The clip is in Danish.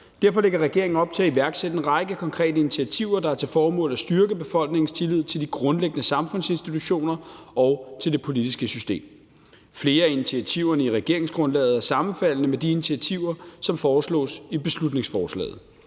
Derfor lægger regeringen op til at iværksætte en række konkrete initiativer, der har til formål at styrke befolkningens tillid til de grundlæggende samfundsinstitutioner og til det politiske system. Flere af initiativerne i regeringsgrundlaget er sammenfaldende med de initiativer, som foreslås i beslutningsforslaget.